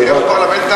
אדוני היושב-ראש,